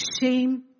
shame